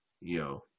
Yo